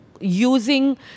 Using